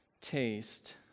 taste